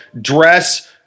dress